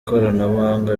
ikoranabuhanga